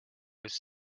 was